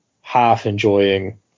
half-enjoying